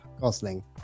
Gosling